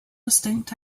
distinct